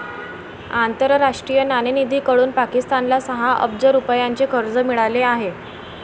आंतरराष्ट्रीय नाणेनिधीकडून पाकिस्तानला सहा अब्ज रुपयांचे कर्ज मिळाले आहे